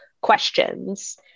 questions